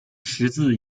十字